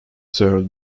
served